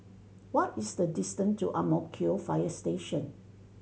what is the distance to Ang Mo Kio Fire Station